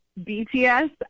BTS